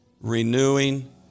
Renewing